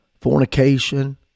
fornication